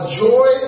joy